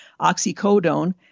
oxycodone